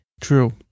true